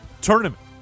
tournament